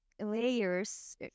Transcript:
layers